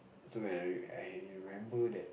so when I I remember that